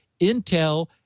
Intel